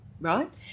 right